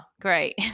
great